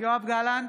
יואב גלנט,